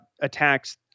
attacks